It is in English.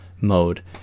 mode